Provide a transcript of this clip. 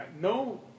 no